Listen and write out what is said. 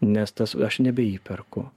nes tas aš nebeįperku